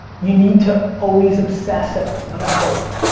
you need to always obsess ah about both.